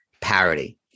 parody